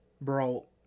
bro